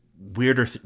weirder